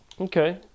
Okay